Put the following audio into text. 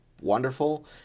wonderful